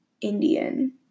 Indian